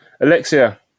Alexia